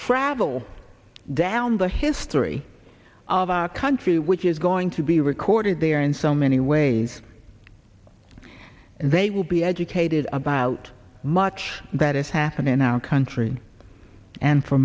travel down the history of our country which is going to be recorded there in so many ways and they will be educated about much that is happening in our country and for